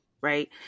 Right